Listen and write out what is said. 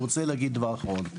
אני רוצה להגיד דבר אחרון.